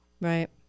Right